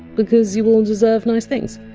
because you all deserve nice things.